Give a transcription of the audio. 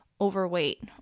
overweight